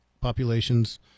populations